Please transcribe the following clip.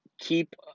keep